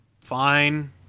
Fine